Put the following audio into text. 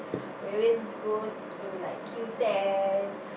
we always go through like Q-ten